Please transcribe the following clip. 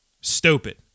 Stupid